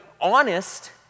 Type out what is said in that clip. honest